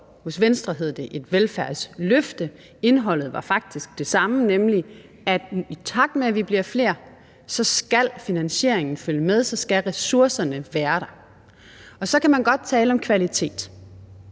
Hos Venstre hed det et velfærdsløfte. Indholdet var faktisk det samme, nemlig at i takt med at vi bliver flere, så skal finansieringen følge med, og så skal ressourcerne være der. Så kan man godt tale om kvalitet